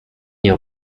nie